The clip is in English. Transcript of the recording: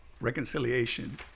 reconciliation